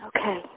Okay